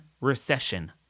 recession